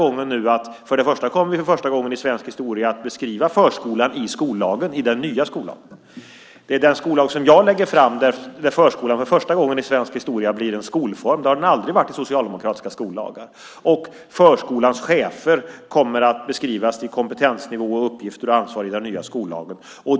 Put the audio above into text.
I den nya skollagen kommer vi nu för första gången i svensk historia att beskriva förskolan. Det är i den skollag jag lägger fram som förskolan för första gången i svensk historia blir en skolform. Det har den aldrig varit i socialdemokratiska skollagar. Förskolans chefer kommer att beskrivas i kompetensnivå, uppgifter och ansvar i den nya skollagen.